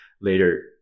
later